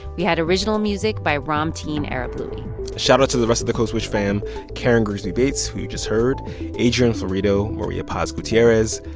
we had original music by ramtin arablouei shoutout to the rest of the code switch fam karen grigsby bates, who you just heard adrian florido, maria paz gutierrez,